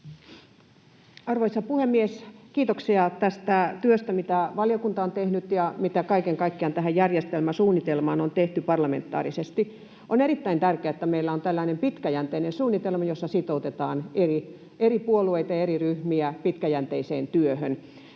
Arvoisa puhemies! Kiitoksia tästä työstä, mitä valiokunta on tehnyt ja mitä kaiken kaikkiaan tähän järjestelmäsuunnitelmaan on tehty parlamentaarisesti. On erittäin tärkeää, että meillä on tällainen pitkäjänteinen suunnitelma, jossa sitoutetaan eri puolueita ja eri ryhmiä pitkäjänteiseen työhön.